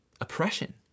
oppression